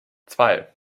zwei